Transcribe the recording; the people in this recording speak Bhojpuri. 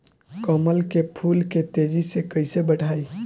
कमल के फूल के तेजी से कइसे बढ़ाई?